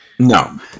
No